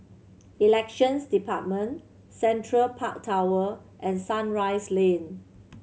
Elections Department Central Park Tower and Sunrise Lane